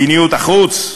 מדיניות החוץ?